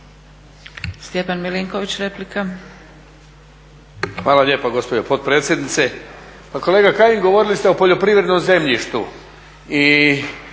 Stjepan (HDZ)** Hvala lijepa gospođo potpredsjednice. Pa kolega Kajin, govorili ste o poljoprivrednom zemljištu